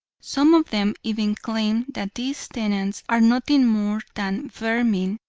some of them even claim that these tenants are nothing more than vermin,